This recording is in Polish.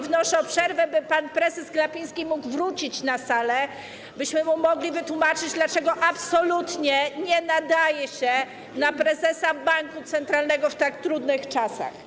Wnoszę o przerwę, by pan prezes Glapiński mógł wrócić na salę, byśmy mu mogli wytłumaczyć, dlaczego absolutnie nie nadaje się na prezesa banku centralnego w tak trudnych czasach.